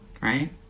right